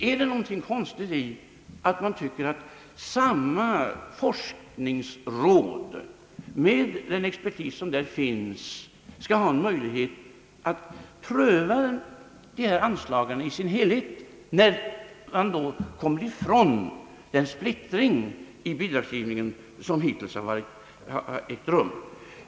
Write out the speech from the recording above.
Är det någonting konstigt i att man tycker att samma forskningsråd, med den expertis som där finns, skall ha möjlighet att pröva dessa anslag i sin helhet när man på det sättet kommer ifrån den splittring i bidragsgivningen som hittills har varit ett faktum?